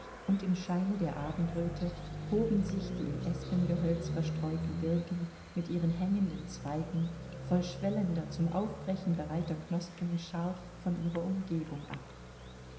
und im scheine der abendröte hoben sich die im espengehölz verstreuten birken mit ihren hängenden zweigen voll schwellender zum aufbrechen bereiter knospen scharf von ihrer umgebung ab